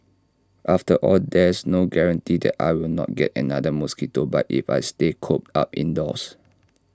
after all there's no guarantee that I will not get another mosquito bite if I stay cooped up indoors